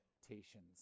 expectations